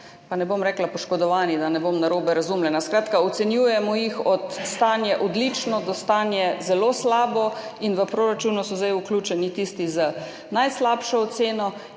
pa ne bom rekla poškodovani, da ne bom narobe razumljena. Skratka, ocenjujemo jih od stanje odlično do stanje zelo slabo in v proračun so zdaj vključeni tisti z najslabšo oceno.